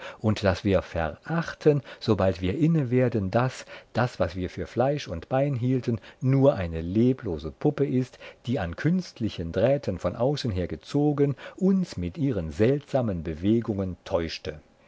und das wir verachten sobald wir inne werden daß das was wir für fleisch und bein hielten nur eine leblose puppe ist die an künstlichen drähten von außen her gezogen uns mit ihren seltsamen bewegungen täuschte